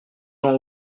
gens